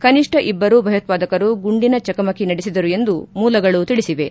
ಕನಿಷ್ಟ ಇಬ್ಲರು ಭಯೋತ್ವಾದಕರು ಗುಂಡಿನ ಚಕಮಕಿ ನಡೆಸಿದರು ಎಂದು ಮೂಲಗಳು ತಿಳಿಸಿವೆ